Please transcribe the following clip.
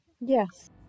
Yes